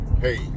hey